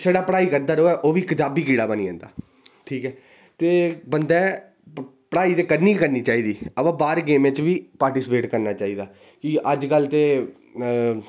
छड़ा पढाई करदा रवै ओह् बी कताबी कीड़ा बनी जंदा ठीक ऐ ते बंदे पढ़ाई ते करनी ही करनी चाहिदी अवा बाह्र गेमें च बी पार्टीसिपेट करना चाहिदा कि अजकल ते एह्